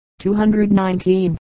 219